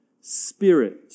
spirit